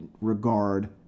regard